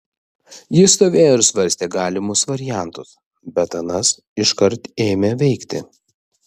jis stovėjo ir svarstė galimus variantus bet anas iškart ėmė veikti